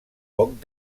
poc